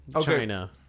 China